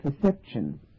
perception